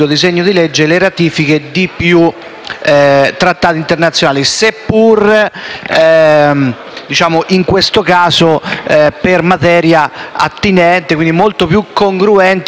trattati internazionali, se pure, in questo caso, per materia attinente, quindi molto più congruenti rispetto ad altre volte.